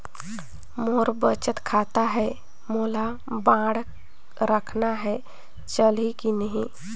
मोर बचत खाता है मोला बांड रखना है चलही की नहीं?